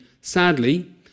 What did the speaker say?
sadly